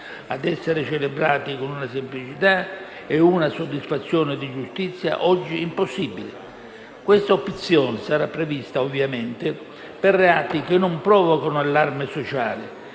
a essere celebrati con una semplicità e una soddisfazione di giustizia oggi impossibile. Questa opzione sarà prevista, ovviamente, per reati che non provocano allarme sociale,